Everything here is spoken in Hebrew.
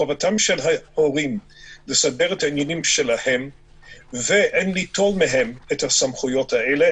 חובתם של ההורים לסדר את העניינים שלהם וליטול מהם את הסמכויות האלה,